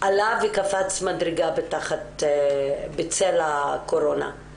עלה וקפץ מדרגה בצל הקורונה.